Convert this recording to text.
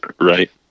right